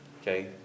okay